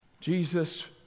Jesus